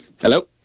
Hello